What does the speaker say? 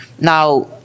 now